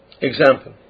Example